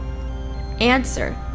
Answer